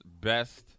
best